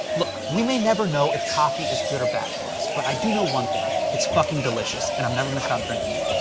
look, we may never know if coffee is good or bad for us, but i do know one thing it's fucking delicious, and i'm never gonna stop drinking it.